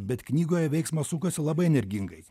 bet knygoje veiksmas sukasi labai energingai